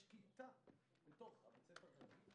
כאשר יש כיתה של חינוך מיוחד בתוך בית הספר הרגיל?